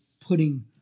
putting